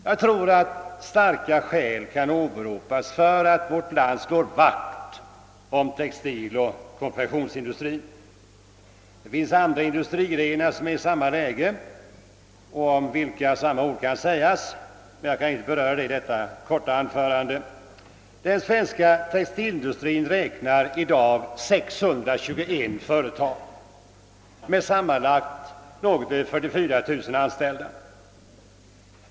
Jag tror att starka skäl kan åberopas för att vårt land bör slå vakt om både textiloch konfektionsindustrin. Det finns andra industrigrenar som är i samma läge och om vilka man kan säga samma sak, men jag kan inte beröra dessa i mitt korta anförande. Den svenska textilindustrin räknar i dag 621 företag med sammanlagt drygt 44 000 anställda.